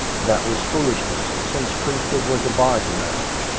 that was foolishness since priest hood was a bar to marriage.